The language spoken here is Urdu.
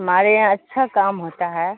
ہمارے یہاں اچھا کام ہوتا ہے